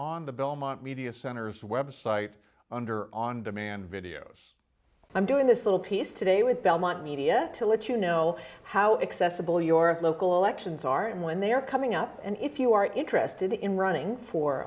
on the belmont media centers website under on demand videos i'm doing this little piece today with belmont media to let you know how excessive bill your local elections are and when they are coming up and if you are interested in running for